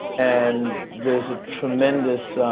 and there is a tremendous.